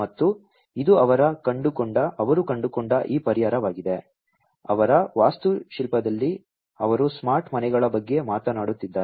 ಮತ್ತು ಇದು ಅವರು ಕಂಡುಕೊಂಡ ಈ ಪರಿಹಾರವಾಗಿದೆ ಅವರ ವಾಸ್ತುಶಿಲ್ಪದಲ್ಲಿ ಅವರು ಸ್ಮಾರ್ಟ್ ಮನೆಗಳ ಬಗ್ಗೆ ಮಾತನಾಡುತ್ತಿದ್ದಾರೆ